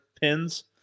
pins